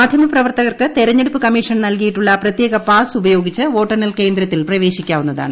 മാധ്യമ പ്രവർത്തകർക്ക് തെരഞ്ഞെടുപ്പ് കമ്മീഷൻ നൽകിയിട്ടുള്ള പ്രത്യേക പാസ് ഉപയോഗിച്ച് വോട്ടെണ്ണൽ കേന്ദ്രത്തിൽ പ്രവേശിക്കാവുന്നതാണ്